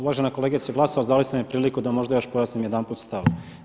Uvažena kolegice Glasovac, dali ste mi priliku da možda još pojasnim jedanput stav.